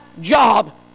job